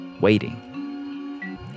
waiting